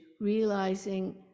realizing